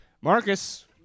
Marcus